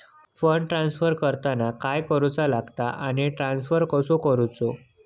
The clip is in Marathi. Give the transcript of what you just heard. फंड ट्रान्स्फर करताना काय करुचा लगता आनी ट्रान्स्फर कसो करूचो?